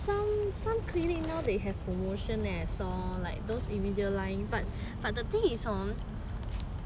some some clinic now they have promotion leh I saw like those invisalign but but the thing is hor